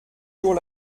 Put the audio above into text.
jours